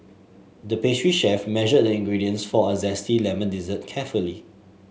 the pastry chef measured the ingredients for a zesty lemon dessert carefully